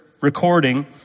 recording